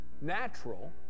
natural